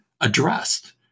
addressed